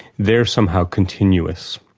they're somehow continuous.